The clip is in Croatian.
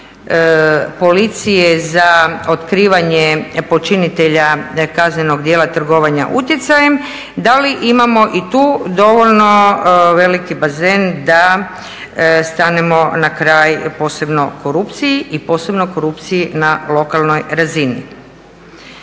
policije za otkrivanje počinitelja kaznenog djela trgovanja utjecajem, da li imamo i tu dovoljno veliki bazen da stanemo na kraj, posebno korupciji i posebno korupciji na lokalnoj razini?